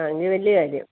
ആ എങ്കിൽ വലിയ കാര്യം